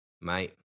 Mate